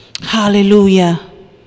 Hallelujah